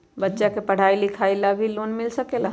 बच्चा के पढ़ाई लिखाई ला भी लोन मिल सकेला?